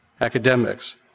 academics